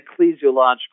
ecclesiological